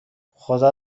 خدا